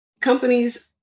companies